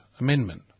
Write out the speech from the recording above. Amendment